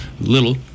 little